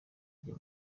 ajya